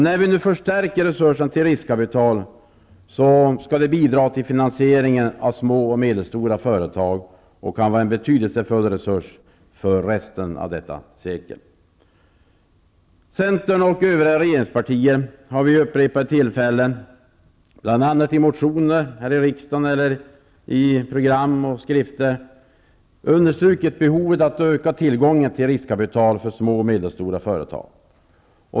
När vi nu stärker resurserna till riskkapital, skall de bidra till finansieringen av små och medelstora företag och kan vara en betydelsefull resurs för resten av detta sekel. Centern och övriga regeringspartier har vid upprepade tillfällen, bl.a. i motioner här i riksdagen, i program och skrifter understrukit behovet att öka tillgången till riskkapital för små och medelstora företag.